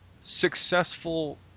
successful